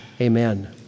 Amen